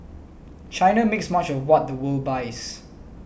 China makes much of what the world buys